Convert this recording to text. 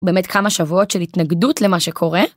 באמת כמה שבועות של התנגדות למה שקורה.